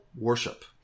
worship